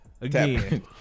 Again